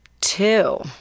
two